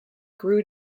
grew